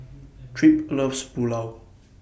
Tripp loves Pulao